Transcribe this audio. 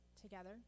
together